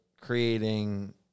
creating